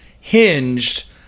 hinged